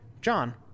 John